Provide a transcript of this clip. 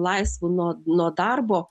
laisvu nuo nuo darbo